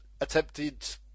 Attempted